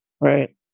Right